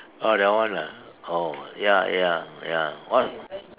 oh that one ah oh ya ya ya what